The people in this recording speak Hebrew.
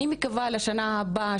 אני מקווה בשנה הבאה,